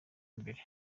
imbere